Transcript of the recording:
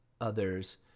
others